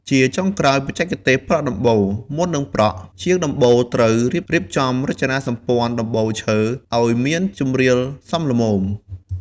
ជាចុងក្រោយបច្ចេកទេសប្រក់ដំបូល មុននឹងប្រក់ ជាងដំបូលត្រូវ រៀបចំរចនាសម្ព័ន្ធដំបូលឈើ ឲ្យមានជម្រាលសមល្មម។